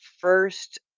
first